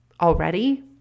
already